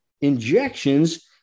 injections